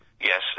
Yes